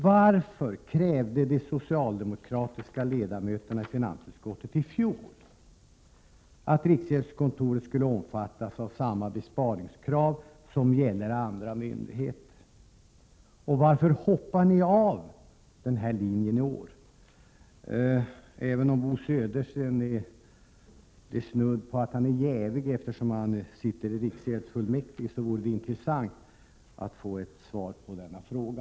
Varför krävde de socialdemokratiska ledamöterna i finansutskottet i fjol att riksgäldskontoret skulle omfattas av samma besparingskrav som gäller andra myndigheter? Och varför hoppar socialdemokraterna av denna linje i år? Även om Bo Södersten är snudd på jävig eftersom han sitter i riksgäldsfullmäktige vore det intressant att få ett svar på denna fråga.